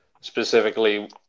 specifically